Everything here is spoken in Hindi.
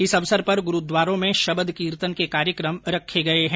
इस अवसर पर गुरूद्वारों में शबद कीर्तन के कार्यकम रखे गये हैं